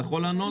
אתה יכול לענות?